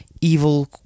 evil